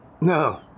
No